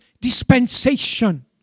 dispensation